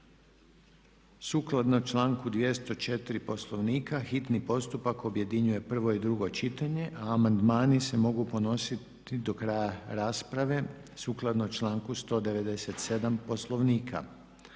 Sukladno članku 204. Poslovnika hitni postupak objedinjuje prvo i drugo čitanje a amandmani se mogu podnositi do kraja rasprave sukladno članku 197. Poslovnika.